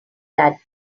that